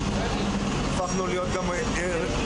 (הצגת סרטון) הפכנו להיות גם אומנותיות.